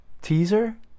teaser